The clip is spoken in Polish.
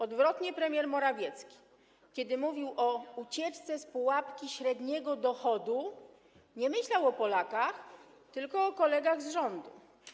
Odwrotnie premier Morawiecki: kiedy mówił o ucieczce z pułapki średniego dochodu, nie myślał o Polakach, tylko o kolegach z rządu.